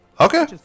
okay